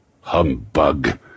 humbug